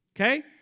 Okay